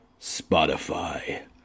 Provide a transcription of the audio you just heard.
Spotify